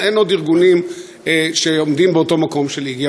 אין עוד ארגונים שעומדים במקום של "איגי".